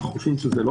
אנו חושבים שזה לא